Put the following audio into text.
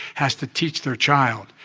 has to teach their child,